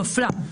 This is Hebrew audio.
מפלה.